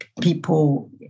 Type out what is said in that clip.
people